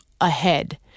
ahead